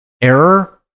error